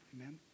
Amen